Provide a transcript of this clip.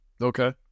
Okay